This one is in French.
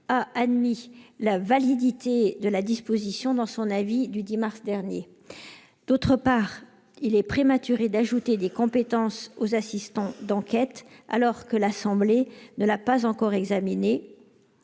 a admis la validité de la disposition dans son avis du 10 mars dernier. En outre, il est prématuré d'ajouter des compétences aux assistants d'enquête alors que l'Assemblée nationale n'a pas encore examiné